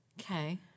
Okay